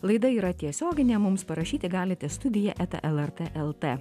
laida yra tiesioginė mums parašyti galite studija eta lrt lt